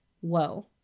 whoa